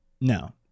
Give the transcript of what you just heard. No